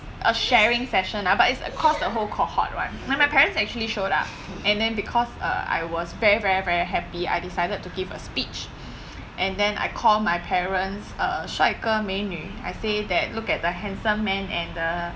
a sharing session lah but it's across the whole cohort right then my parents actually showed up and then because uh I was very very very happy I decided to give a speech and then I call my parents uh 帅哥美女 I say that look at the handsome man and the